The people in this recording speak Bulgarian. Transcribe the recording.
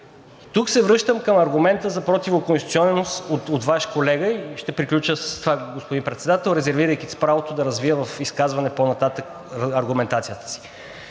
Връщам се към аргумента за противоконституционност от Ваш колега и ще приключа с това, господин Председател, резервирайки си правото да развия в изказване по-нататък аргументацията си.